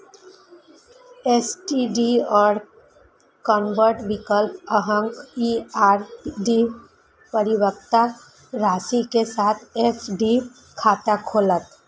STDR convert विकल्प अहांक ई आर.डी परिपक्वता राशि के साथ एफ.डी खाता खोलत